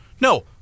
No